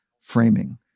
framing